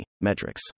metrics